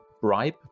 bribe